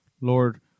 Lord